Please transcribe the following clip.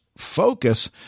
Focus